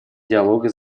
диалога